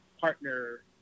partner